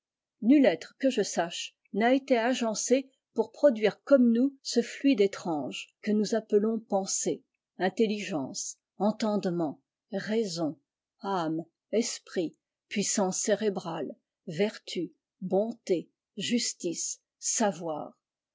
nul être que je sache n'a été agencé pour produire comme nous ce fluide étrange que nous appelons pensée intelligence entendement raison âme esprit puissance cérébrale vertu bonté justice savoir